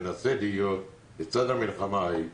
מנסה להיות לצד המלחמה ההיא,